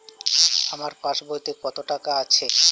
আমার পাসবইতে কত টাকা আছে?